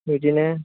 बिदिनो